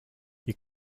you